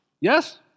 Yes